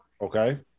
Okay